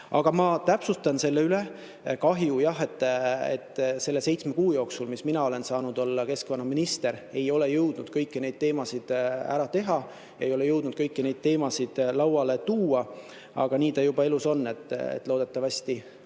Aga ma täpsustan selle üle. Kahju jah, et selle seitsme kuu jooksul, mis ma olen saanud olla keskkonnaminister, ei ole ma jõudnud kõike ära teha, ei ole jõudnud kõiki neid teemasid lauale tuua, aga nii juba elus on. Loodetavasti